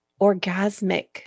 orgasmic